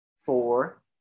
four